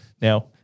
Now